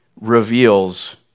reveals